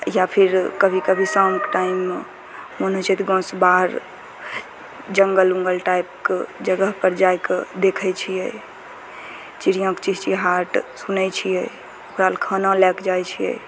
या फिर कभी कभी शाम कऽ टाइम मऽ मन होइ छै तऽ गाँव से बाहर जङ्गल उन्गल टाइपके जगह पर जाए कऽ देखै छियै चिड़ियाँके चिचिआहट सुनै छियै ओकरा लए खाना लए कऽ जाइ छियै